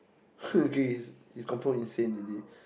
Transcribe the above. who is this he's confirm insane already